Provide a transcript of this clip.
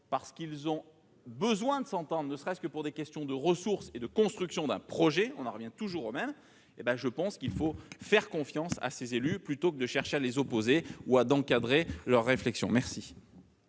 parce qu'ils en ont besoin, ne serait-ce que pour des questions de ressources et de construction d'un projet. On en revient toujours au même point : je pense qu'il faut faire confiance à ces élus plutôt que de chercher à les opposer ou à encadrer leur réflexion. La